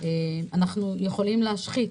אנחנו יכולים להשחית,